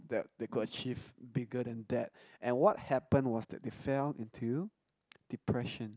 that they could achieve bigger than that and what happen was that they fell into depression